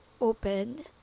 open